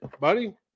buddy